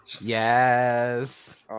Yes